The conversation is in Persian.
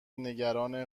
نگران